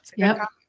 yeah,